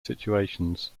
situations